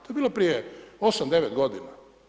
To je bilo prije 8, 9 godina.